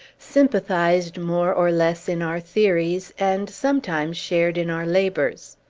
sympathized more or less in our theories, and sometimes shared in our labors.